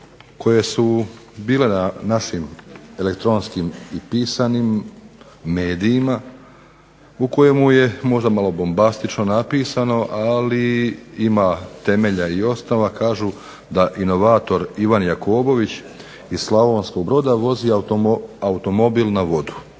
koje su bile na našim elektronskim i pisanim medijima u kojima je možda malo bombastično napisano, ali ima temelja i osnova, kažu da inovator Ivan Jakobović iz Slavonskog Broda vozi automobil na vodu.